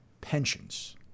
pensions